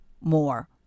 more